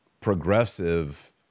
progressive